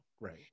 right